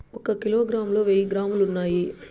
ఒక కిలోగ్రామ్ లో వెయ్యి గ్రాములు ఉన్నాయి